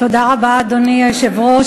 תודה רבה, אדוני היושב-ראש.